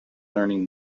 learning